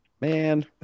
man